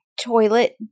Toilet